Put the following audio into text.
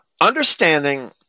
understanding